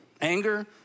Anger